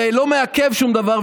שלא מעכב שום דבר,